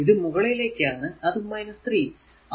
ഇത് മുകളിലേക്കാണ് അത് 3